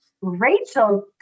Rachel